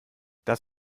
das